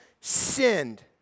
sinned